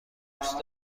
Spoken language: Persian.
دوست